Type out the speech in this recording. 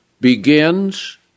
Begins